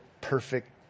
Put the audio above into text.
perfect